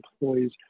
employees